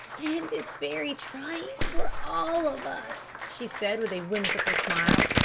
and it's very trying for all of us, she said with a whimsical smile.